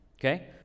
okay